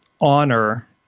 honor